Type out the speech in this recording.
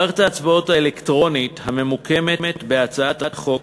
מערכת ההצבעה האלקטרונית המוקמת בהצעת החוק